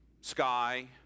sky